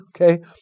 Okay